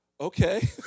Okay